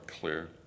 clear